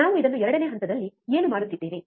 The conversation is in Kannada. ನಾವು ಇದನ್ನು ಎರಡನೇ ಹಂತದಲ್ಲಿ ಏನು ಮಾಡುತ್ತಿದ್ದೇವೆ